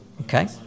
Okay